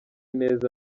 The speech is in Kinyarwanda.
neza